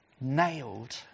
nailed